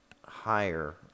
higher